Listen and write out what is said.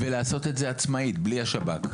ולעשות את זה עצמאית, בלי שב"כ.